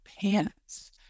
pants